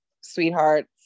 sweetheart